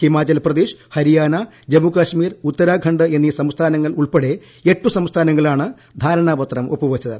ഹിമാചൽപ്രദേശ് ഹരിയാന ജമ്മുകാശ്മീർ ഉത്തരാഖണ്ഡ് എന്നീ സംസ്ഥാനങ്ങളുൾപ്പെടെ എട്ടു സംസ്ഥാനങ്ങളാണ് ധാരണാ പത്രം ഒപ്പു വച്ചത്